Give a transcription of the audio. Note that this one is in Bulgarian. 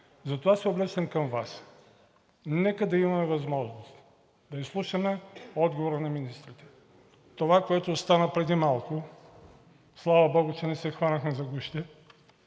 Затова се обръщам към Вас: нека да имаме възможност да изслушаме отговора на министрите. Това, което стана преди малко –слава богу, че не се хванахме за гушите,